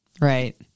Right